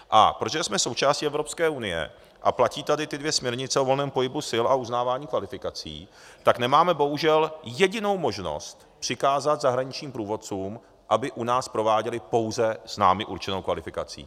A protože jsme součástí EU a platí tady ty dvě směrnice o volném pohybu sil a uznávání kvalifikací, tak nemáme bohužel jedinou možnost přikázat zahraničním průvodcům, aby u nás prováděli pouze s námi určenou kvalifikací.